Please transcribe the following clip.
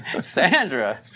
Sandra